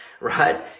right